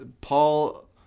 Paul